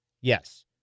Yes